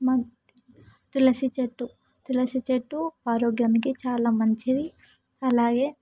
తులసి చెట్టు తులసి చెట్టు ఆరోగ్యానికి చాలా మంచిది అలాగే